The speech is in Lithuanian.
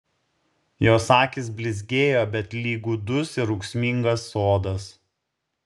jos akys blizgėjo bet lyg gūdus ir ūksmingas sodas